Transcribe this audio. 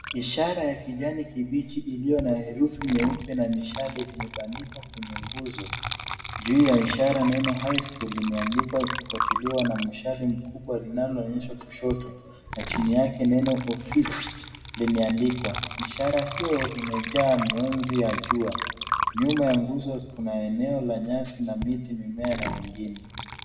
Ishara ya kijani kibichi iliyo na herufi nyeupe na mishale imebandikwa kwenye nguzo. Juu ya ishara neno highschool limeandikwa ikifuatiliwa na mshale mkubwa unao onyesha kushoto, na chini yake neno office limeandikwa. Ishara hiyo imejaa miunzi ya jua. Nyuma ya nguzo kuna eneo la nyasi na miti, mimea na vingine.